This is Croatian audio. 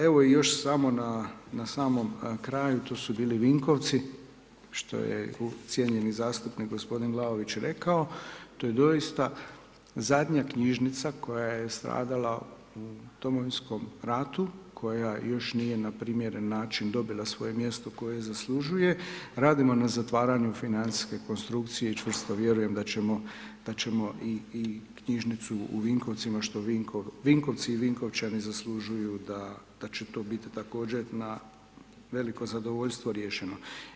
Evo, još samo na samom kraju, to su bili Vinkovci, što je cijenjeni zastupnik g. Vlaović rekao, to je doista zadnja knjižnica koja je stradala u Domovinskom ratu, koja još nije na primjeran način dobila svoje mjesto koje zaslužuje, radimo na zatvaranju financijske konstrukcije i čvrsto vjerujem da ćemo i knjižnicu u Vinkovcima, što Vinkovci i Vinkovčani zaslužuju da, da će to biti također na veliko zadovoljstvo riješeno.